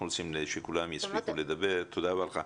אנחנו רוצים שכולם יספיקו לדבר, תודה רבה לך.